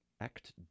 Act